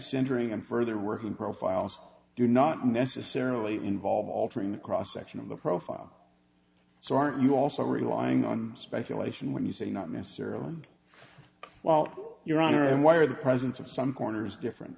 centering and further were who profiles do not necessarily involve altering the cross section of the profile so aren't you also relying on speculation when you say not necessarily well your honor and why are the presence of some corners different